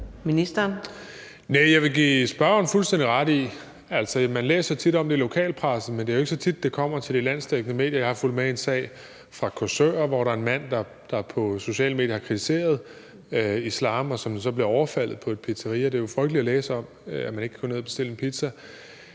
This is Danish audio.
Det vil jeg give spørgeren fuldstændig ret i. Man læser tit om det i lokalpressen, men det er jo ikke så tit, det kommer til de landsdækkende medier. Jeg har fulgt med i en sag fra Korsør, hvor der er en mand, der på sociale medier har kritiseret islam, og som så bliver overfaldet på et pizzeria. Det er jo frygteligt at læse om, at man ikke kan gå ned og bestille en pizza.